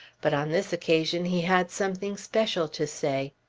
but on this occasion he had something special to say.